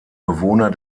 bewohner